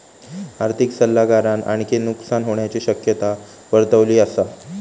आर्थिक सल्लागारान आणखी नुकसान होण्याची शक्यता वर्तवली असा